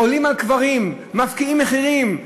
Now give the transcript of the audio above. עולים על קברים, מפקיעים מחירים,